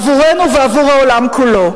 עבורנו ועבור העולם כולו.